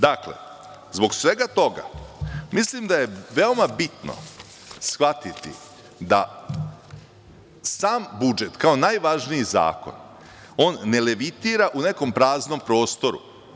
Dakle, zbog svega toga, mislim da je veoma bitno shvatiti da sam budžet, kao najvažniji zakon, ne levitira u nekom praznom prostoru.